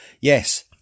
Yes